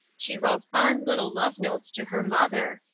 she wrote fond little love-notes to her mother,